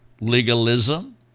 legalism